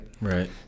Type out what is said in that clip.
Right